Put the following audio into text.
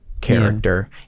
character